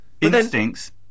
instincts